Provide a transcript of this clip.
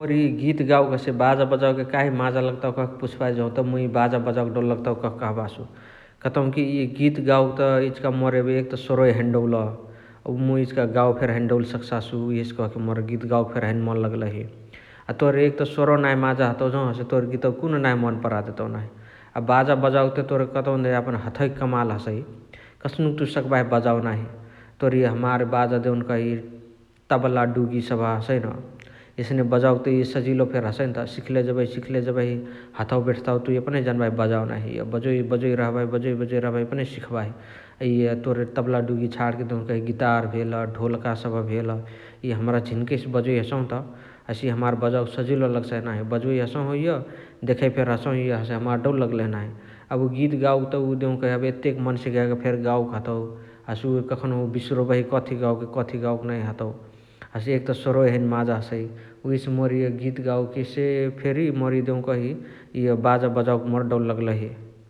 मोर इअ गीत गावके हसे बाजा बजावके काही माज लगताउ कहके पुछबाही जौत मुइ बजा बजावके डौल लगताउ कहाँके कहाँबासु । कतौकी इअ गीत गावकके त इचिका मोर एबे एक त स्वरवै हैने डौल अ मुइ इचिका गावे फेरी हैने डौल सकसासु उहेसे कहाँके फेरी मोर गीत गावके हैने मन लगलही । तोर एक त स्वरवा नाही माजा हतउ जौ हसे तोर गीतावा कुनुहु नाही मन परा देतउ नाही । अ बाजा बजावके त तोर यापन हथवैक कमाल हसइ । कस्नुक तुइ सकबाही बजाव नाही । तोर इअ हमार बाजा देउनकही तबला डुगी सबह हसइन एस्ने बजावके त सजिलो फेरी हसइनाता । एसने सिखले जेबही सिखले जेबही हथवा बेठताउ तुइ एपनही जन्बाही बजावे नाही । इअ बजोइ बजोइ रहबाही एपनही सिखबाही । इअ तोर तबला डुगी देउकही गितार भेल, ढोलका सबह भेल इ हमरा झिन्केसे बजोइ हसउनत हसे इअ हमार बजावके सजिलो लगसाइ नाही । बजोइ हसहु इअ देखइ फेरी हसहु इअ हसे हमार डौल लगलही नाही । अ उअ गीत गावकेत उ देउकही एतेक मन्सेक यागा फेरी गावके हतउ । हसे उअ कखानहु बिसरोबही कथि गावके कथि गावके नही हतउ । हसे एक त स्वरवै हैने माजा हसइ । उहेसे मोर इअ गीत गावकेसे फेरी मोर देउकही इअ बाजा बजावके मोर दौल लगलही ।